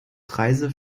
preise